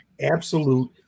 absolute